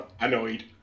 annoyed